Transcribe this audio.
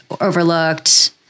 overlooked